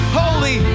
holy